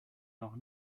noch